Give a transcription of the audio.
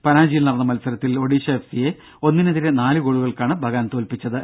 പനാജിയിൽ നടന്ന മത്സരത്തിൽ Odisha F C യെ ഒന്നിനെതിരെ നാലു ഗോളുകൾക്കാണ് ബഗാൻ തോൽപിച്ചത്